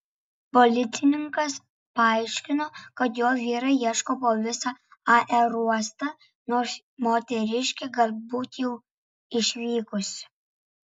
policininkas paaiškino kad jo vyrai ieško po visą aerouostą nors moteriškė galbūt jau išvykusi